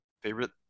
favorite